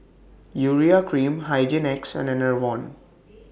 Urea Cream Hygin X and Enervon